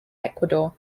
ecuador